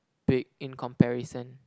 big in comparison